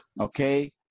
okay